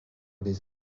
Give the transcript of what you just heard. les